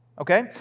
Okay